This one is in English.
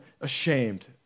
ashamed